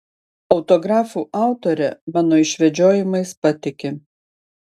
autografų autorė mano išvedžiojimais patiki